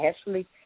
Ashley